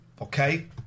okay